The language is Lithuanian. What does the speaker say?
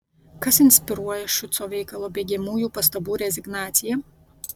kas inspiruoja šiuco veikalo baigiamųjų pastabų rezignaciją